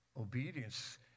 obedience